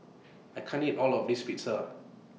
I can't eat All of This Pizza